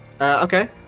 okay